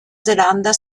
zelanda